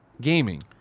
Gaming